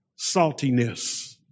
saltiness